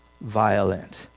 violent